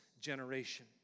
generation